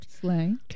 Slang